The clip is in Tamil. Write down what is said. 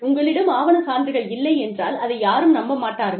உங்களிடம் ஆவணச் சான்றுகள் இல்லை என்றால் அதை யாரும் நம்ப மாட்டார்கள்